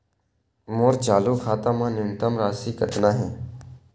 मोर चालू खाता मा न्यूनतम राशि कतना हे?